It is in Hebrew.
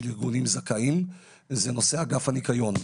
ארגונים זכאיים זה נושא אגף הניקיון.